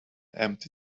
empty